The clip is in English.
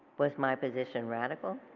was my position radical?